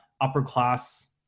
upper-class